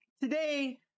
today